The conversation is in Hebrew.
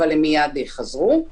אבל הם מייד חזרו.